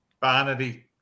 Barnaby